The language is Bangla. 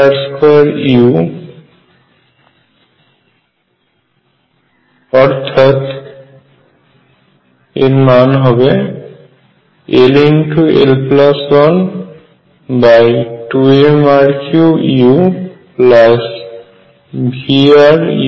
অর্থাৎ ll12mr3uVrurEur